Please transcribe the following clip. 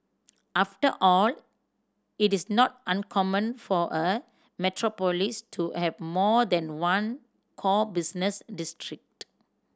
after all it is not uncommon for a metropolis to have more than one core business district